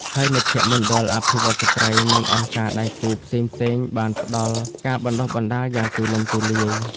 ហើយ មជ្ឈមណ្ឌលអភិវឌ្ឍន៍ស្ត្រី និងអង្គការដៃគូផ្សេងៗបានផ្តល់ការបណ្តុះបណ្តាលយ៉ាងទូលំទូលាយ។